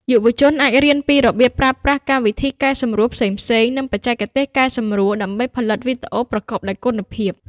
យុវជនអាចរៀនពីរបៀបប្រើប្រាស់កម្មវិធីកែសម្រួលផ្សេងៗ និងបច្ចេកទេសកែសម្រួលដើម្បីផលិតវីដេអូប្រកបដោយគុណភាព។